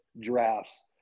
drafts